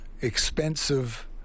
expensive